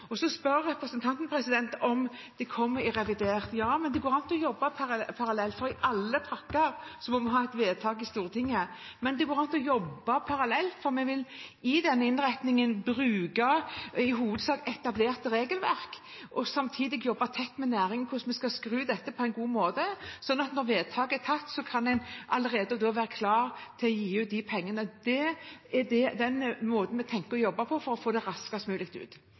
i revidert. For alle pakker må vi ha et vedtak i Stortinget, men det går an å jobbe parallelt, for vi vil i den innretningen i hovedsak bruke etablerte regelverk og samtidig jobbe tett med næringen om hvordan vi skal skru dette på en god måte, slik at når vedtaket er gjort, kan en allerede være klar til å gi ut de pengene. Det er den måten vi tenker å jobbe på for å få dem raskest mulig ut.